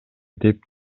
деп